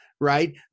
right